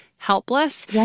helpless